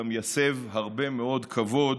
גם יסב הרבה מאוד כבוד